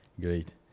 Great